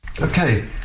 okay